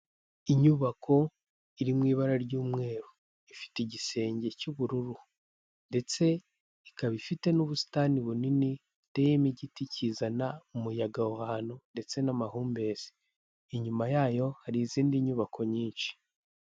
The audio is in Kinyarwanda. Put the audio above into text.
Inyubako iri mu ibara ry'umweru, ifite igisenge cy'ubururu ndetse ikaba ifite n'ubusitani bunini ririmo igiti kizana umuyaga aho hantu ndetse n'amahumbezi, inyuma yayo hari izindi nyubako nyinshi.